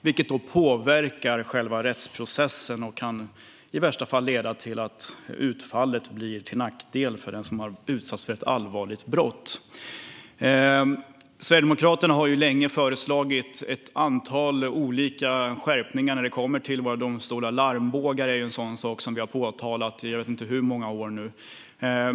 Det påverkar själva rättsprocessen och kan i värsta fall leda till att utfallet blir till nackdel för den som utsatts för ett allvarligt brott. Sverigedemokraterna har länge föreslagit ett antal olika skärpningar när det kommer till våra domstolar. Larmbågar är en sak som vi har påpekat i jag vet inte hur många år nu.